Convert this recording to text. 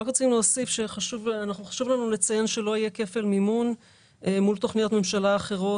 חשוב לנו לציין שלא יהיה כפל מימון מול תכניות ממשלה אחרות,